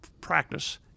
practice